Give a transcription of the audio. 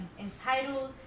entitled